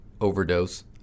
overdose